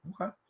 Okay